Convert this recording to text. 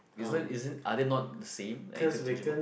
isn't isn't are they not the same like InterDigital